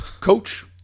Coach